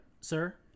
sir